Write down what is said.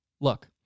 Look